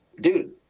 dude